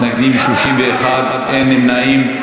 מתנגדים, 31, אין נמנעים.